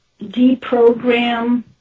deprogram